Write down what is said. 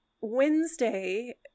Wednesday